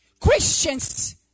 Christians